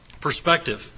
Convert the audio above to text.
Perspective